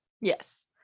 Yes